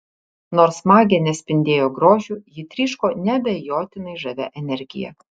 nors magė nespindėjo grožiu ji tryško neabejotinai žavia energija